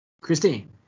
Christine